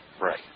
Right